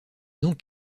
donc